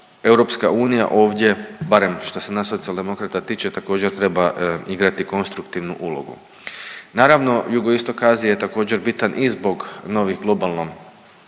da kažem EU ovdje barem što se nas Socijaldemokrata tiče također treba igrati konstruktivnu ulogu. Naravno jugoistok Azije je također bitan i zbog novih